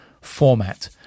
format